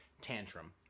tantrum